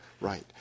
Right